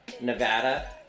Nevada